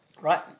Right